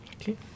Okay